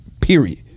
period